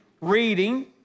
reading